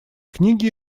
книги